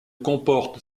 comporte